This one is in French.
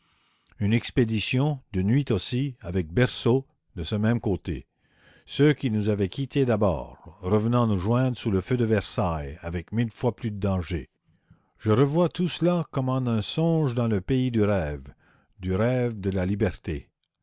une expédition de nuit aussi avec berceau de ce même côté ceux qui nous avaient quittés d'abord revenant nous joindre sous le feu de versailles avec mille fois plus de danger je revois tout cela comme en un songe dans le pays du rêve du rêve de la liberté